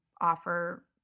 offer